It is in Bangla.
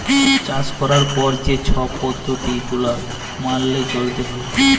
চাষ ক্যরার পরে যে ছব পদ্ধতি গুলা ম্যাইলে চ্যইলতে হ্যয়